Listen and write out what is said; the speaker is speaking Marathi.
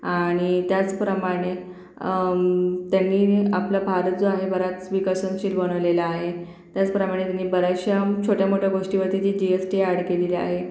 आणि त्याचप्रमाणे त्यांनी आपला भारत जो आहे बराच विकसनशील बनवलेला आहे त्याचप्रमाणे त्यांनी बऱ्याचशा छोट्या मोठ्या गोष्टीवरती G G S T add केलेली आहे